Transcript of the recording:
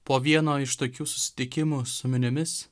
po vieno iš tokių susitikimų su miniomis